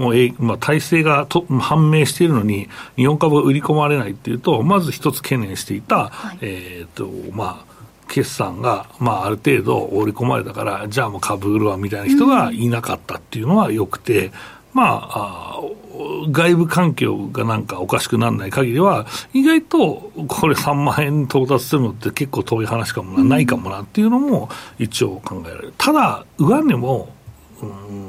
もう、え、まあ、体制がと、判明しているのに、日本株が売り込まれないっていうと、まず一つ懸念していた、はい。えーと、まあ、決算が、まあ、ある程度織り込まれたから、じゃあもう株売るわみたいな人がうん。いなかったっていうのは良くて、まあ、あ、外部環境がなんかおかしくならない限りは、意外とこれ3万円に到達するのって結構遠い話かもな、ないかもなっていうのも一応考えられる。ただ、上値も、うん、